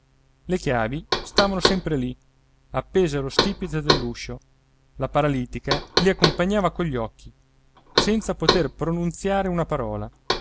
le chiavi stavano sempre lì appese allo stipite dell'uscio la paralitica li accompagnava cogli occhi senza poter pronunziare una parola